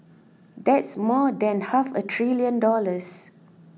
that's more than half a trillion dollars